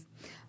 yes